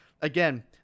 again